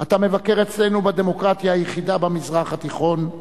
אתה מבקר אצלנו, בדמוקרטיה היחידה במזרח התיכון,